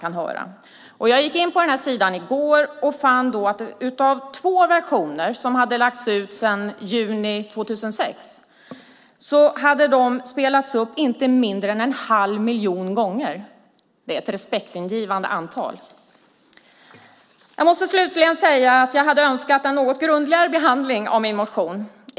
När jag gick in på sidan i går fann jag att två versioner som legat ute sedan juni 2006 hade spelats upp inte mindre än en halv miljon gånger. Det är ett respektingivande antal. Jag måste slutligen säga att jag hade önskat en något grundligare behandling av min motion.